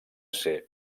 ser